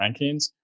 rankings